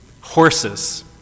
Horses